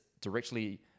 directly